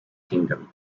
kingdom